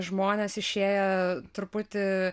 žmonės išėję truputį